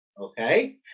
okay